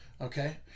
okay